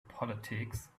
politics